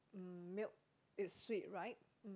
milk is sweet right